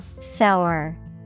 Sour